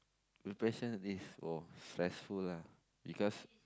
depression is oh stressful lah because